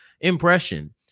impression